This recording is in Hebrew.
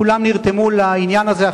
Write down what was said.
כולם נרתמו לעניין הזה,